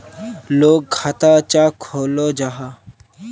लोग खाता चाँ खोलो जाहा?